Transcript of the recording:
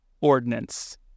ordinance